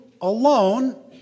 alone